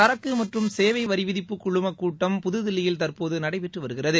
சரக்கு மற்றும் சேவை வரி விதிப்புக் குழுமக் கூட்டம் இன்று புதுதில்லியில் தற்போது நடைபெற்று வருகிறது